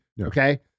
okay